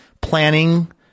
planning